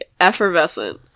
effervescent